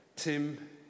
Tim